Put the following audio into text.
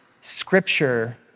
Scripture